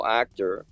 actor